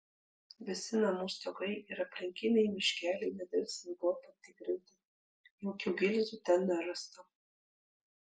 visi namų stogai ir aplinkiniai miškeliai nedelsiant buvo patikrinti jokių gilzių ten nerasta